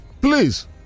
please